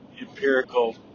empirical